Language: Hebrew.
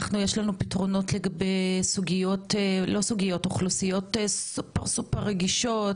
יש לנו פתרונות לגבי אוכלוסיות סופר סופר רגישות,